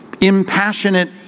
impassionate